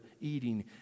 eating